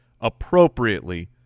appropriately